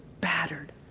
battered